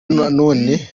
nanone